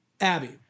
Abby